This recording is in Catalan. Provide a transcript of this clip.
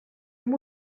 amb